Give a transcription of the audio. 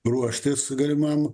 ruoštis galimam